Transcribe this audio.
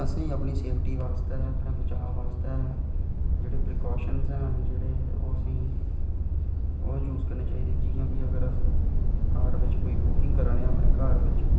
असेंगी अपनी सेफ्टी आस्तै अपने बचाव आस्तै जेह्ड़े प्रकाऊशन हैन जेह्ड़े ओह् असेंगी ओह् यूज़ करने चाहिदे जियां कि अस घर बिच अपने कोई कुकिंग कराने आं घर बिच